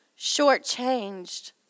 shortchanged